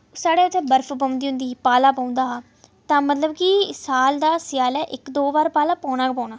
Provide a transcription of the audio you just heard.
साढ़े उत्थै बर्फ पौंदी होंदी ही पाला पौंदा हा तां मतलव कि साल दा इक दो बार पाला पौना गै पौना